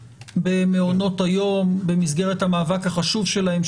במעונות היום במסגרת המאבק החשוב שלהן,